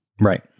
Right